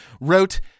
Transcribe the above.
wrote